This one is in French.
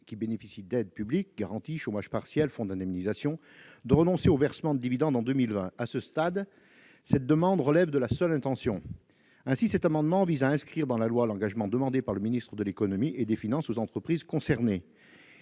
qui bénéficient d'aides publiques- garantie, chômage partiel, fonds d'indemnisation -de renoncer au versement de dividendes en 2020. À ce stade, cette demande relève de la seule intention. Aussi cet amendement vise-t-il à inscrire dans la loi l'engagement demandé par le ministre de l'économie et des finances aux entreprises concernées.